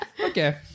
Okay